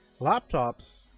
Laptops